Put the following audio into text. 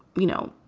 you know,